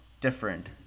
different